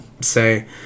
say